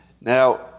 Now